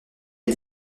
est